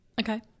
Okay